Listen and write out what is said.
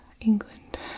England